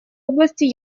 области